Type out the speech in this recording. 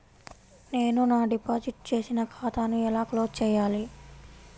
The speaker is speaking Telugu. నేను నా డిపాజిట్ చేసిన ఖాతాను ఎలా క్లోజ్ చేయాలి?